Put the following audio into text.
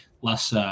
less